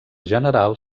general